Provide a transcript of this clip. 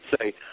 say